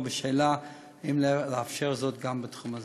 בשאלה אם לאפשר זאת גם בתחום הזה.